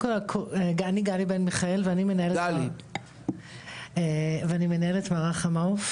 אני גלי בן מיכאל ואני מנהלת את מערך המעו"ף